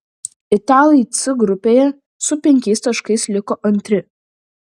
italai c grupėje su penkiais taškais liko antri